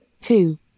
two